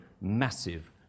massive